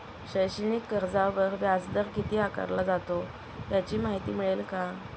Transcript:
शैक्षणिक कर्जावर व्याजदर किती आकारला जातो? याची माहिती मिळेल का?